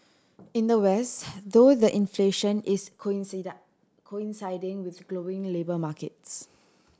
in the West though the inflation is coinciding with glowing labour markets